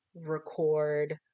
record